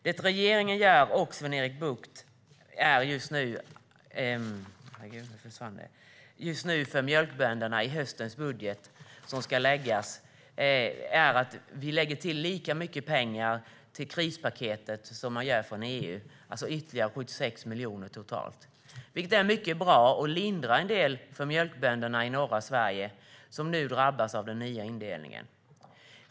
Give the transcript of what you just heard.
Det regeringen och Sven-Erik Bucht just nu gör för mjölkbönderna är att i höstens budget lägga till lika mycket pengar till krispaketet som man gör från EU:s sida, alltså ytterligare 76 miljoner totalt. Det är mycket bra och lindrar en del för de mjölkbönder i norra Sverige som drabbas av den nya indelningen.